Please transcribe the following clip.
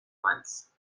once